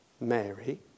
Mary